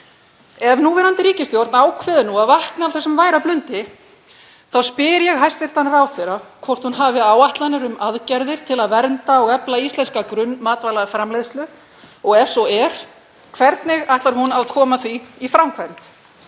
Ef núverandi ríkisstjórn ákveður nú að vakna af þessum væra blundi þá spyr ég hæstv. ráðherra hvort hún hafi áætlanir um aðgerðir til að vernda og efla íslenska grunnmatvælaframleiðslu og ef svo er, hvernig ætlar hún að koma því í framkvæmd?